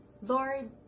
Lord